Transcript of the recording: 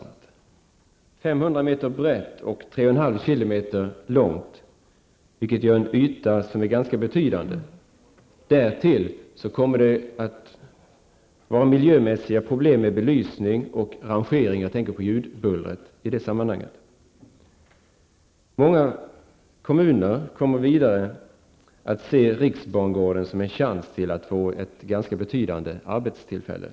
Området är ju 500 m brett och 3 500 m långt, och det är en ganska betydande yta. I detta sammanhang skulle det också bli miljömässiga problem med belysning och rangering. Jag tänker på bullret. Många kommuner kommer också att se riksbangården som en chans till betydande arbetstillfällen.